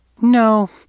No